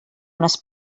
unes